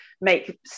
make